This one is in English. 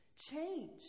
change